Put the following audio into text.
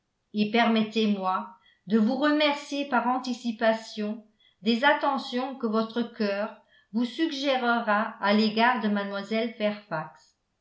et permettez-moi de vous remercier par anticipation des attentions que votre cœur vous suggérera à l'égard de